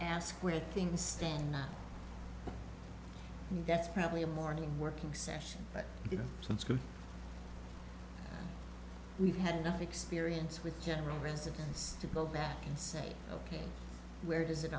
ask where things stand and that's probably a morning working session but since we've had enough experience with general residence to go back and say ok where does it